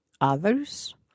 others